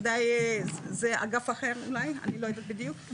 זה אגף אחר אולי, אני לא יודעת בדיוק.